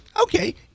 okay